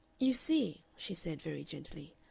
you see, she said, very gently,